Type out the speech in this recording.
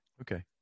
okay